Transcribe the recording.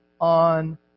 on